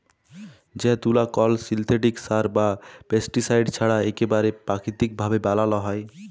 যে তুলা কল সিল্থেটিক সার বা পেস্টিসাইড ছাড়া ইকবারে পাকিতিক ভাবে বালাল হ্যয়